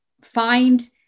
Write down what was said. find